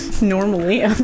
Normally